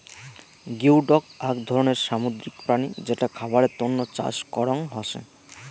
geoduck আক ধরণের সামুদ্রিক প্রাণী যেটা খাবারের তন্ন চাষ করং হসে